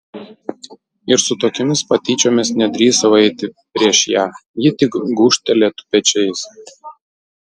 ir su tokiomis patyčiomis nedrįsau eiti prieš ją ji tik gūžtelėtų pečiais